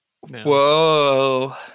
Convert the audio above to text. Whoa